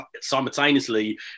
simultaneously